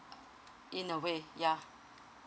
in a way ya